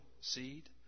seed